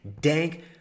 dank